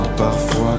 Parfois